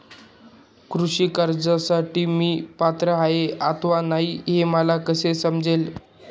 कृषी कर्जासाठी मी पात्र आहे अथवा नाही, हे मला कसे समजेल?